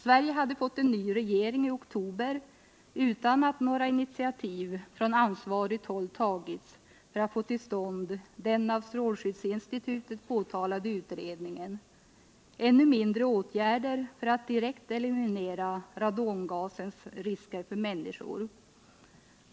Sverige hade fått en ny regering i oktober, utan att några initiativ från ansvarigt håll tagits för att få till stånd den av strålskyddsinstitutet påtalade utredningen, ännu mindre åtgärder för att direkt eliminera radongasens risker för människor.